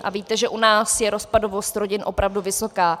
A víte, že u nás je rozpadovost rodin opravdu vysoká.